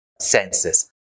senses